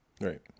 Right